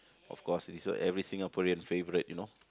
of course is a every Singaporean favourite you know